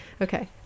okay